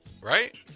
right